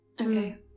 Okay